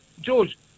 George